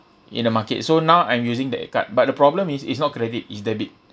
in the market so now I'm using that card but the problem is it's not credit it's debit